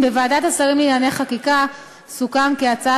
בוועדת השרים לענייני חקיקה סוכם כי ההצעה